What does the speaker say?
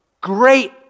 Great